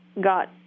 got